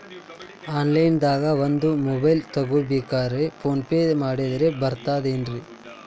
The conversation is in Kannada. ಆನ್ಲೈನ್ ದಾಗ ಒಂದ್ ಮೊಬೈಲ್ ತಗೋಬೇಕ್ರಿ ಫೋನ್ ಪೇ ಮಾಡಿದ್ರ ಬರ್ತಾದೇನ್ರಿ?